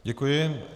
Děkuji.